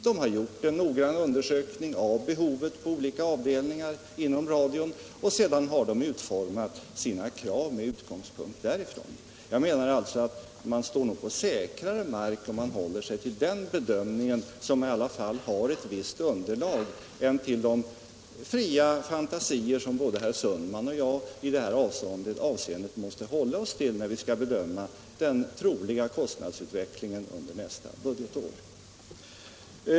Man har gjort en noggrann undersökning av behovet på olika avdelningar inom radion, och sedan har man utformat sina krav med utgångspunkt däri. Jag menar alltså att vi står på säkrare mark om vi håller oss till den bedömningen, som i alla fall har ett visst underlag, än om vi nöjer oss med de fria bedömningar som både herr Sundman och jag i det här avseendet måste gripa till, när vi skall bedöma den troliga kostnadsutvecklingen under nästa budgetår.